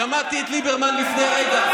שמעתי את ליברמן לפני רגע.